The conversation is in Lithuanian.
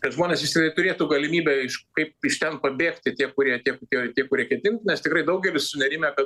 kad žmonės turėtų galimybę iš kaip iš ten pabėgti tie kurie tie tie kurie ketina nes tikrai daugelis sunerimę kad